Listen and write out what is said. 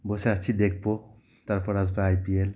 বসে আসছি দেখবো তারপর আসবো আই পি এল